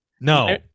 No